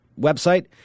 website